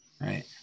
Right